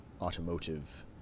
automotive